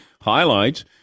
highlights